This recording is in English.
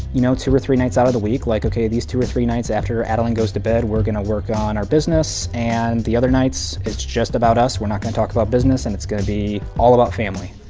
you know, two or three nights out of the week. like, ok, these two or three nights after adeline goes to bed, we're going to work on our business. and the other nights, it's just about us. we're not going to talk about business. and it's going to be all about family